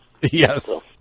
Yes